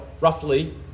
roughly